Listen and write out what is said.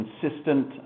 consistent